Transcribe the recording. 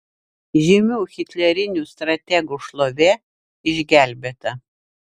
žymių hitlerinių strategų šlovė išgelbėta